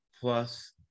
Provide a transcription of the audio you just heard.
plus